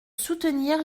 soutenir